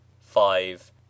five